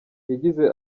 yagize